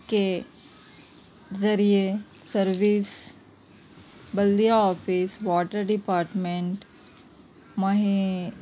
کے ذریعے سروس بلدیہ آفس واٹر ڈیپارٹمنٹ مہی